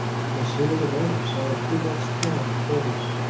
the sooner the better say in two months' time at furthest.